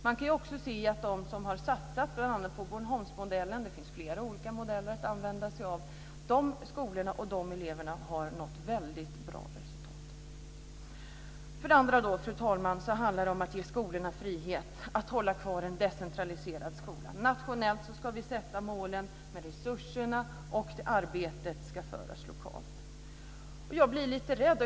Man kan också se att de som har satsat på bl.a. Bornholmsmodellen - det finns flera olika modeller att använda sig av - nått väldigt bra resultat. För det andra, fru talman, handlar det om att ge skolorna frihet att hålla kvar en decentraliserad skola. Nationellt ska vi sätta upp målen, men resurserna och arbetet ska föras lokalt.